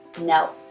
No